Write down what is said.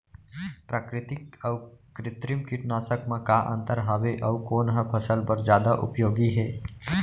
प्राकृतिक अऊ कृत्रिम कीटनाशक मा का अन्तर हावे अऊ कोन ह फसल बर जादा उपयोगी हे?